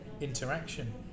interaction